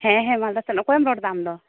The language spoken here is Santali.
ᱦᱮᱸ ᱦᱮᱸ ᱢᱟᱞᱫᱟ ᱠᱷᱚᱱ ᱚᱠᱚᱭᱮᱢ ᱨᱚᱲ ᱮᱫᱟ ᱟᱢ ᱫᱚ